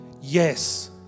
yes